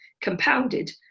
compounded